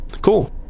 cool